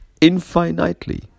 infinitely